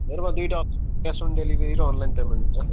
मेरोमा दुइटा option cash on delivery र अनलाइन पेमेन्ट हुन्छ